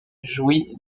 jouit